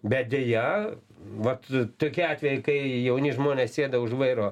bet deja vat tokie atvejai kai jauni žmonės sėda už vairo